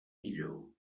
millor